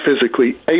physically